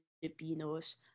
Filipinos